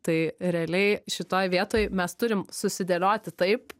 tai realiai šitoj vietoj mes turim susidėlioti taip